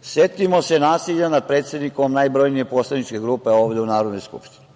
Setimo se nasilja nad predsednikom najbrojnije poslaničke grupe ovde u Narodnoj skupštini.